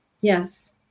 Yes